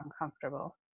uncomfortable